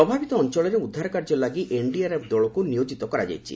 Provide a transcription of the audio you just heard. ପ୍ରଭାବିତ ଅଞ୍ଚଳରେ ଉଦ୍ଧାରକାର୍ଯ୍ୟ ଲାଗି ଏନ୍ଡିଆର୍ଏଫ୍ ଦଳଙ୍କୁ ନିୟୋଜିତ କରାଯାଇଛି